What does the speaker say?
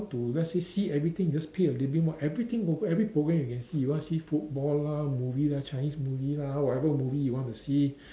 to let's say see everything you just pay a little bit more everything also every program you can see ypu want see football lah movie lah Chinese movie lah whatever movie you want to see